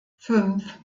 fünf